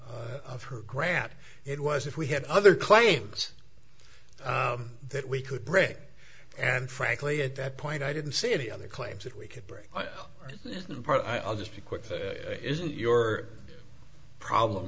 grant it was if we had other claims that we could pray and frankly at that point i didn't see any other claims that we could bring in part i'll just be quick isn't your problem